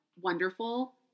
wonderful